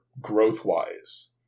growth-wise